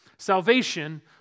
Salvation